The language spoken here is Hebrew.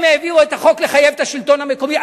הם העבירו את החוק לחיוב השלטון המקומי,